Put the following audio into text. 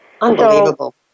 Unbelievable